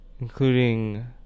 including